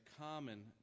common